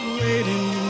waiting